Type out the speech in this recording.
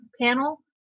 panel